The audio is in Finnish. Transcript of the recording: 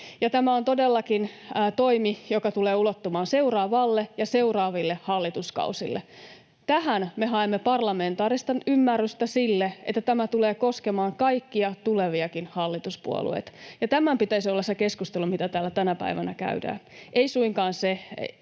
tämä on todellakin toimi, joka tulee ulottumaan seuraavalle ja seuraaville hallituskausille — tähän me haemme parlamentaarista ymmärrystä sille, että tämä tulee koskemaan kaikkia tuleviakin hallituspuolueita. Tämän pitäisi olla se keskustelu, mitä täällä tänä päivänä käydään,